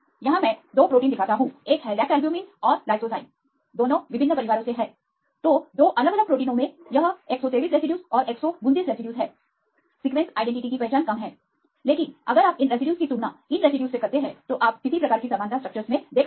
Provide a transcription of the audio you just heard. यहां मैं 2 प्रोटीन दिखाता हूं एक लैक्टलबुमिन और लाइसोजाइम है वे विभिन्न परिवारों से हैं तो 2 अलग अलग प्रोटीनों में यह 123 रेसिड्यूज और 129 रेसिड्यूज हैं सीक्वेंसआइडेंटिटी की पहचान कम है लेकिन अगर आप इन रेसिड्यूज की तुलना इन रेसिड्यूज से करते हैं तो आप किसी प्रकार की समानता स्ट्रक्चरसमे देख सकते हैं